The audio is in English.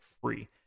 free